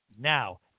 now